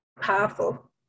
powerful